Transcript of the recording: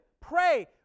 pray